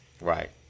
Right